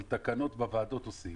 אבל תקנות בוועדות עושים.